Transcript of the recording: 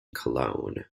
cologne